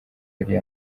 yari